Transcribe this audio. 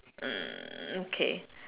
hmm okay